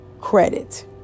credit